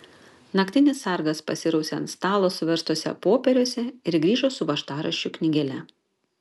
naktinis sargas pasirausė ant stalo suverstuose popieriuose ir grįžo su važtaraščių knygele